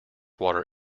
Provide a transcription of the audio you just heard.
water